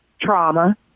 trauma